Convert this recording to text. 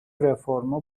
reformu